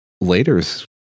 later's